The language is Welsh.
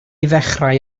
ddechrau